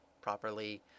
properly